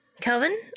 Kelvin